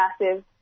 massive